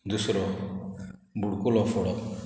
दुसरो बुडकुलो फोडप